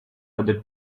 other